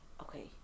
okay